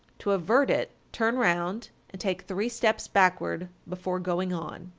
to avert it, turn round and take three steps backward before going on.